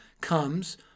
comes